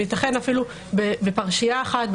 וייתכן אפילו בפרשייה אחת,